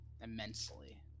immensely